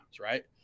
right